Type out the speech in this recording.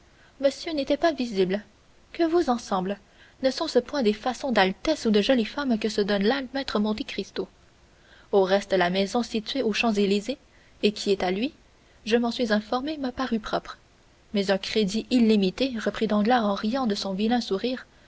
monsieur n'était pas visible que vous en semble ne sont-ce point des façons d'altesse ou de jolie femme que se donne là maître monte cristo au reste la maison située aux champs-élysées et qui est à lui je m'en suis informé m'a paru propre mais un crédit illimité reprit danglars en riant de son vilain sourire